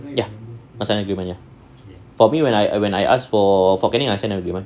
ya must sign agreement ya for me when I when I ask for fort canning I sign the agreement